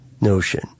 notion